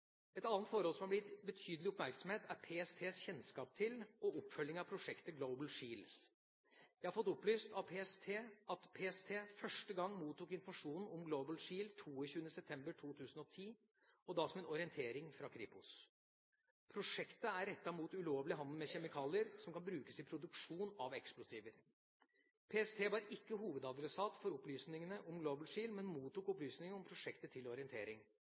Et annet forhold som har blitt gitt betydelig oppmerksomhet, er PSTs kjennskap til og oppfølging av prosjektet Global Shield. Jeg har fått opplyst av PST at PST første gang mottok informasjon om Global Shield 22. september 2010, og da som en orientering fra Kripos. Prosjektet er rettet mot ulovlig handel med kjemikalier som kan brukes i produksjon av eksplosiver. PST var ikke hovedadressat for opplysningene om Global Shield, men mottok opplysningene om prosjektet til orientering.